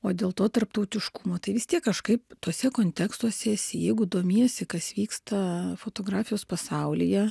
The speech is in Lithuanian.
o dėl to tarptautiškumo tai vis tiek kažkaip tuose kontekstuose esi jeigu domiesi kas vyksta fotografijos pasaulyje